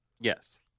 Yes